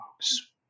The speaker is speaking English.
folks